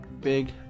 big